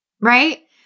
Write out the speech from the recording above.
Right